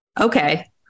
okay